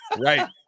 Right